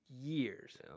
years